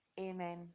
amen